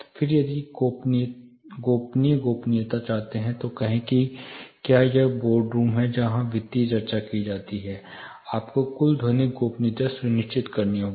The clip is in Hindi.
फिर यदि आप गोपनीय गोपनीयता चाहते हैं तो कहें कि क्या यह एक बोर्ड रूम है जहां वित्तीय चर्चा की जाती है आपको कुल ध्वनिक गोपनीयता सुनिश्चित करनी होगी